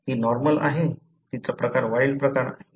ती नॉर्मल आहे तिचा प्रकार वाइल्ड प्रकार आहे